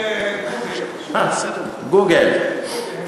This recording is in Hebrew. תיכנס ל"גוגל".